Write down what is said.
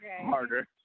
Harder